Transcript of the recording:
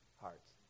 hearts